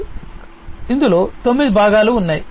కాబట్టి లో తొమ్మిది భాగాలు ఉన్నాయి